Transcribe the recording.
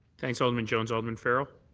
thanks, alderman jones. alderman farrell?